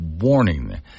warning